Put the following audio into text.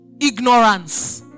Ignorance